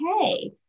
okay